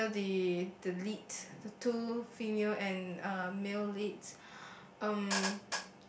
are still the the leads the two female and uh male leads um